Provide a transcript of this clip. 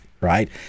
right